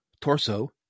torso